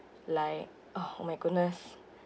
like oh my goodness